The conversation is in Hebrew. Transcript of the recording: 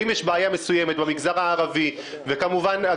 אם יש בעיה מסוימת במגזר הערבי - אגב,